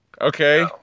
Okay